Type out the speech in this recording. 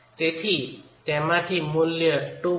તેથી તેમાંથી તે મૂલ્ય 2